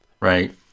Right